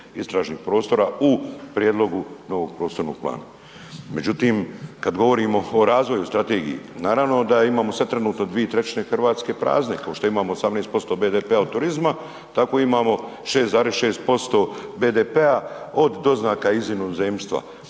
istražnih prostora u prijedlogu novog prostornog plana. Međutim, kad govorimo o razvoju i strategiji, naravno da imamo sad trenutno 2/3 Hrvatske prazne kao što imamo 18% BDP-a od turizma, tako imamo 6,6% BDP-a od doznaka iz inozemstva.